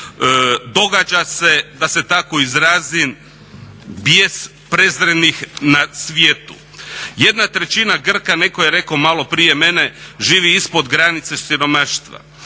Događa se, da se tako izrazim, bijes prezrenih na svijetu. 1/3 Grka, netko je rekao malo prije mene, živi ispod granice siromaštva.